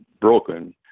broken